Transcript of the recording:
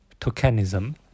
tokenism